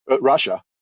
Russia